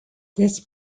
this